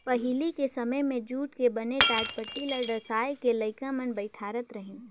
पहिली के समें मे जूट के बने टाटपटटी ल डसाए के लइका मन बइठारत रहिन